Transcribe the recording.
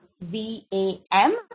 V-A-M